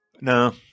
No